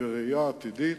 בראייה עתידית,